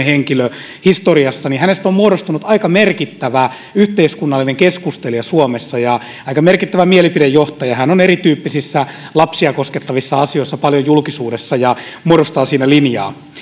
henkilö historiassa on muodostunut aika merkittävä yhteiskunnallinen keskustelija suomessa ja aika merkittävä mielipidejohtaja hän on erityyppisissä lapsia koskettavissa asioissa paljon julkisuudessa ja muodostaa siinä linjaa